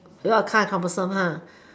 without a car is troublesome ah